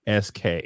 sk